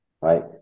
right